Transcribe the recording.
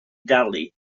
dalu